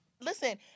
listen